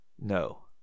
No